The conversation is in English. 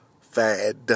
Fad